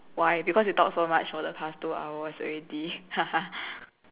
why because you talk so much for the past two hours already